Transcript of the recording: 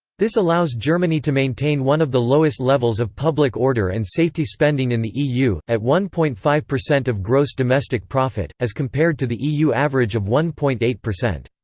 this allows germany to maintain one of the lowest levels of public order and safety spending in the eu, at one point five percent of gross domestic profit, as compared to the eu average of one point eight percent.